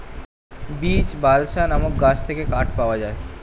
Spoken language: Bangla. বীচ, বালসা নামক গাছ থেকে কাঠ পাওয়া যায়